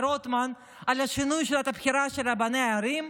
רוטמן על שינוי שיטת הבחירה של רבני הערים?